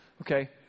Okay